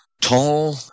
tall